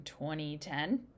2010